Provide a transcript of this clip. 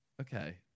okay